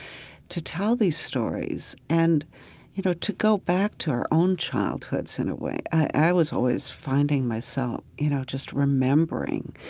to tell these stories. and you know, to go back to our own childhoods in a way. i was always finding myself, you know, just remembering.